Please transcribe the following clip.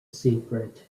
secret